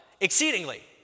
exceedingly